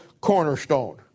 cornerstone